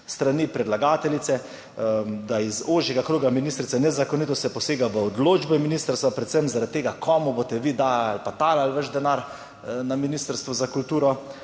strani predlagateljice, da iz ožjega kroga ministrice nezakonito se posega v odločbe ministrstva, predvsem zaradi tega komu boste vi dali ali pa talili vaš denar na Ministrstvu za kulturo.